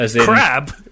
Crab